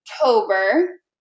October